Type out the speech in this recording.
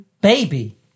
baby